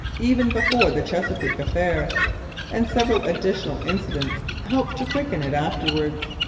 even before the chesapeake affair and several additional incidents helped to quicken it afterwards.